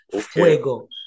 Fuego